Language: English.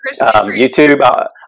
YouTube